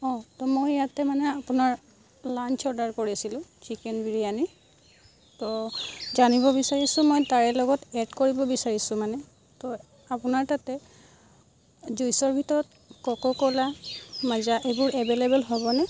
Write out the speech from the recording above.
অঁ ত' মই ইয়াতে মানে আপোনাৰ লান্স অৰ্ডাৰ কৰিছিলো চিকেন বিৰিয়ানী ত' জানিব বিচাৰিছো মই তাৰে লগত এড কৰিব বিচাৰিছো মানে ত' আপোনাৰ তাতে জুইচৰ ভিতৰত ক'কা ক'লা মাজা এইবোৰ এভেইলেবল হ'বনে